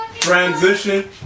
Transition